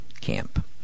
camp